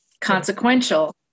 consequential